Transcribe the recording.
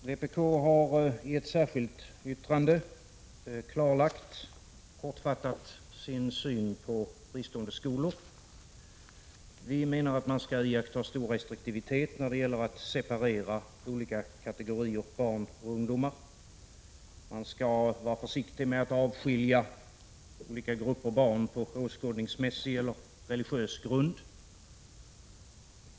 Fru talman! Vpk har i ett särskilt yttrande kortfattat klarlagt sin syn på fristående skolor. Vi menar att man skall iaktta stor restriktivitet när det gäller att separera olika kategorier av barn och ungdomar. Man skall vara försiktig med att avskilja olika barn på åskådningsmässig eller religiös grund.